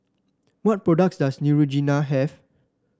what products does Neutrogena have